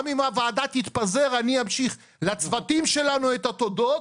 גם אם הוועדה תתפזר אני אמשיך לצוותים שלנו את התודות,